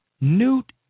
Newt